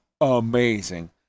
Amazing